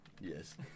Yes